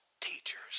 teachers